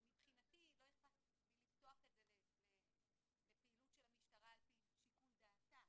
מבחינתי לא איכפת לי לפתוח את זה לפעילות של המשטרה על פי שיקול דעתה.